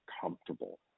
comfortable